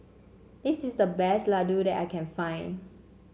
this is the best Ladoo that I can find